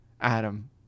Adam